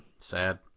Sad